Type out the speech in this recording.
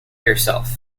yourself